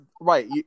right